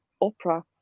opera